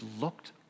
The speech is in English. looked